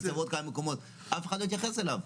פיצה ועוד כמה מקומות אף אחד לא התייחס אליו.